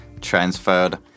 transferred